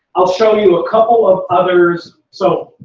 i'll show you a couple of others. so